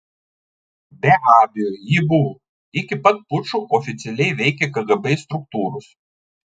be abejo ji buvo iki pat pučo oficialiai veikė kgb struktūros